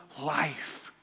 life